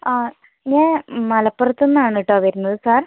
ഞാൻ മലപ്പുറത്തുനിന്നാണ് കേട്ടോ വരുന്നത് സാർ